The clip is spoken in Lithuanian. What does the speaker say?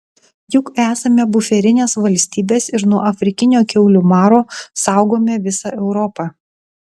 juk esame buferinės valstybės ir nuo afrikinio kiaulių maro saugome visą europą